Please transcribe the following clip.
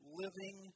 living